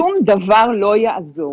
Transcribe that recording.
שום דבר לא יעזור.